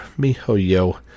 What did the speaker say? MiHoYo